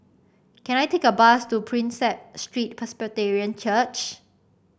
can I take a bus to Prinsep Street Presbyterian Church